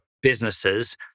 businesses